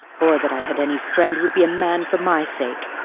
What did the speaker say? or that i had any friend would be a man for my sake!